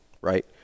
right